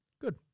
Good